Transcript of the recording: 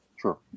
sure